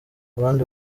abandi